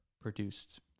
produced